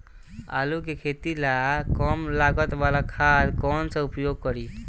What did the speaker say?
आलू के खेती ला कम लागत वाला खाद कौन सा उपयोग करी?